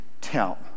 tell